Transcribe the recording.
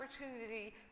opportunity